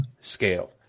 scale